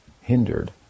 hindered